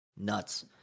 Nuts